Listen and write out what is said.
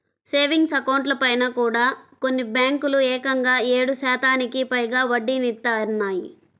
savings అకౌంట్లపైన కూడా కొన్ని బ్యేంకులు ఏకంగా ఏడు శాతానికి పైగా వడ్డీనిత్తన్నాయి